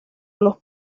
los